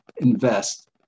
invest